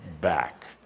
back